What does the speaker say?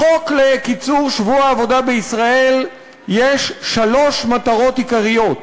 לחוק לקיצור שבוע העבודה בישראל יש שלוש מטרות עיקריות,